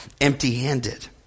empty-handed